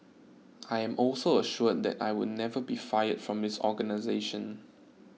I am also assured that I would never be fired from this organisation